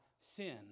sin